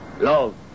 Love